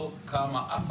לא קמה אף